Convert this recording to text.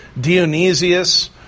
Dionysius